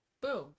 boom